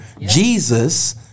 Jesus